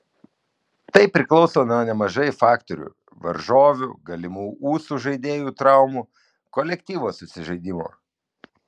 tai priklauso nuo nemažai faktorių varžovių galimų ūsų žaidėjų traumų kolektyvo susižaidimo